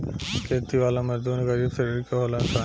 खेती वाला मजदूर गरीब श्रेणी के होलन सन